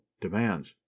demands